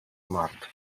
martwy